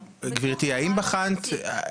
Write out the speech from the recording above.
גברתי, האם בחנת את זה?